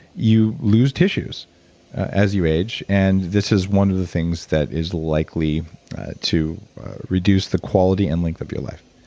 you lose tissues as you age. and this is one of the things that is likely to reduce the quality and length of your life.